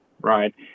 right